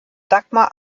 dagmar